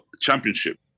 championship